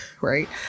Right